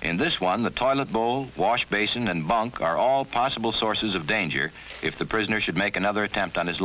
in this one the toilet bowl wash basin and bunk are all possible sources of danger if the prisoner should make another attempt on his